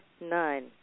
nine